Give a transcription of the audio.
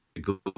go